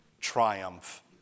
triumph